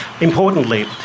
Importantly